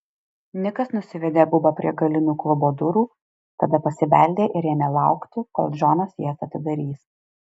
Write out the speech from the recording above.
nikas nusivedė bubą prie galinių klubo durų tada pasibeldė ir ėmė laukti kol džonas jas atidarys